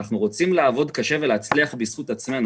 אנחנו רוצים לעבוד קשה ולהצליח בזכות עצמנו.